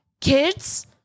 kids